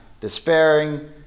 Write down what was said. despairing